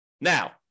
Now